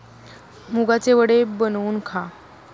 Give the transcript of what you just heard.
मुगाचे वडे बनवून खा